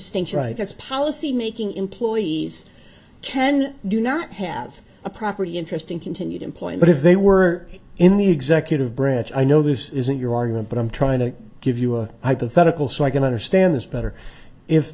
that's policy making employees ten do not have a property interesting continued employment if they were in the executive branch i know this isn't your argument but i'm trying to give you a hypothetical so i can understand this better if